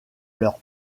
leur